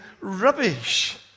rubbish